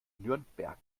nürnberg